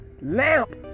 Lamp